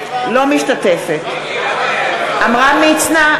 אינה משתתפת בהצבעה עמרם מצנע,